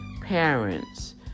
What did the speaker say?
parents